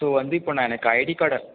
so வந்து இப்போ நான் எனக்கு ஐடி கார்டை